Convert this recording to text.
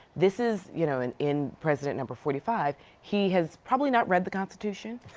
this, is you know, in in president number forty five, he has probably not read the constitution.